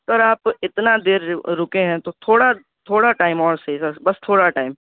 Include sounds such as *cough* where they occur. سر آپ اتنا دیر ر رکے ہیں تو تھوڑا تھوڑا ٹائم اور *unintelligible* بس تھوڑا ٹائم